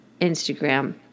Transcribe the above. Instagram